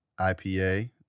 IPA